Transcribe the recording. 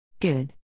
Good